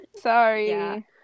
sorry